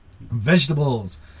Vegetables